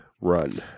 run